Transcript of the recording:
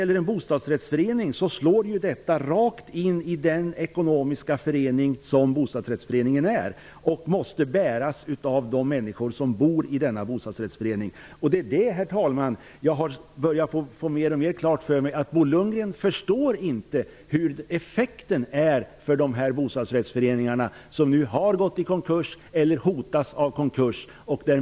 För en bostadsrättsförening slår detta hårt på den ekonomiska förening som bostadsrättsföreningen är, och kostnaderna måste bäras av de människor som bor i föreningen. Herr talman! Jag har mer och mer börjat få klart för mig att Bo Lundgren inte förstår vad effekten blir för de bostadsrättsföreningar som nu har gått i konkurs eller som hotas av konkurs.